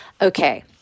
Okay